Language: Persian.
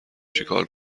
چیکار